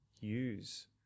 use